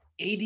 AD